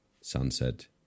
sunset